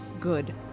good